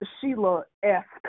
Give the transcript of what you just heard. Sheila-esque